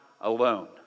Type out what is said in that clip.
alone